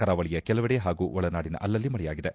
ಕರಾವಳಿಯ ಕೆಲೆವೆಡೆ ಹಾಗೂ ಒಳನಾಡಿನ ಅಲ್ಲಲ್ಲಿ ಮಳೆಯಾಗಿದೆ